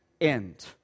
end